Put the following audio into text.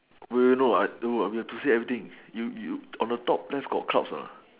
no no no I we we have to say everything you you on the top left got clouds or not